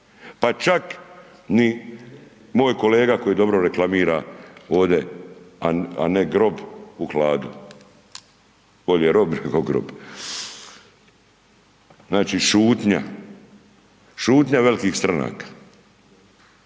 pa čak ni moj kolega koji dobro reklamira ovdje a ne grob u hladu. Bolje rob nego grob. Znači šutnja, putnja velikih stranaka.